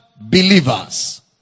believers